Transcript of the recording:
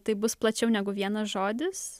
tai bus plačiau negu vienas žodis